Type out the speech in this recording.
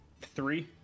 Three